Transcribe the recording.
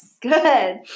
Good